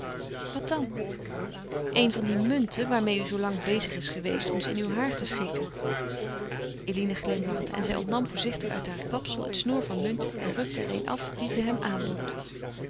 wat dan een van die munten waarmeê u zoo lang is bezig geweest om ze in uw haar te schikken eline glimlachte en zij ontnam zich voorzichtig uit heur kapsel het snoer van munten en rukte er een af die ze hem aanbood